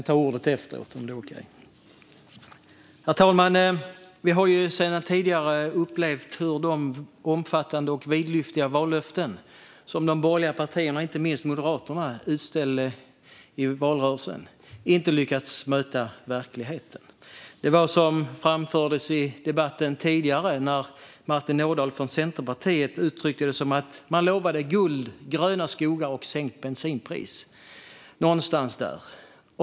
Herr talman! Vi har sedan tidigare upplevt hur de omfattande och vidlyftiga vallöften som de borgerliga partierna, inte minst Moderaterna, utställde i valrörelsen inte har lyckats möta verkligheten. Detta framfördes tidigare i debatten när Martin Ådahl från Centerpartiet uttryckte det som att man lovade guld, gröna skogar och sänkt bensinpris. Någonting ditåt var det.